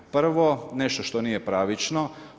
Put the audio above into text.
Prvo, nešto što nije pravično.